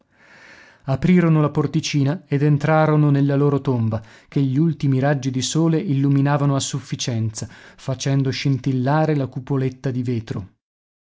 aprirono la porticina ed entrarono nella loro tomba che gli ultimi raggi di sole illuminavano a sufficienza facendo scintillare la cupoletta di vetro